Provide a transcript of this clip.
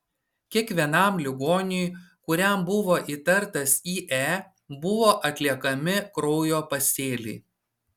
kiekvienam ligoniui kuriam buvo įtartas ie buvo atliekami kraujo pasėliai